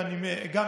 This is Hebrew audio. ואני אומר גם,